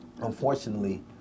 unfortunately